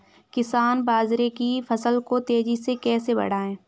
किसान बाजरे की फसल को तेजी से कैसे बढ़ाएँ?